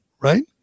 right